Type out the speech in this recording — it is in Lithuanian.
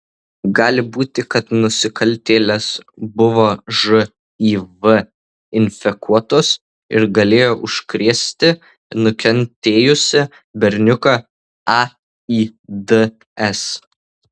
gali būti kad nusikaltėlės buvo živ infekuotos ir galėjo užkrėsti nukentėjusį berniuką aids